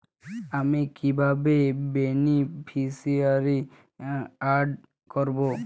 আমি কিভাবে beneficiary add করব?